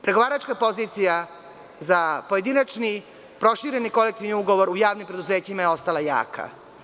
Pregovaračka pozicija za pojedinačni prošireni kolektivni ugovor u javnim preduzećima je ostala jaka.